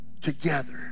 together